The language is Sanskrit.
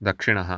दक्षिणः